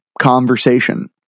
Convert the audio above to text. conversation